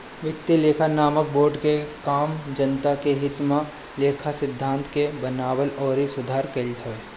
वित्तीय लेखा मानक बोर्ड के काम जनता के हित में लेखा सिद्धांत के बनावल अउरी सुधार कईल हवे